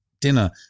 dinner